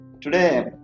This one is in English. Today